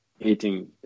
eating